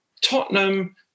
Tottenham